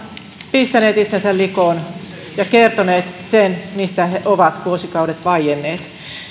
pistäneet itsensä likoon ja kertoneet sen mistä he ovat vuosikaudet vaienneet